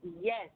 Yes